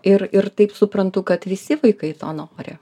ir ir taip suprantu kad visi vaikai to nori